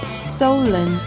stolen